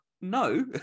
no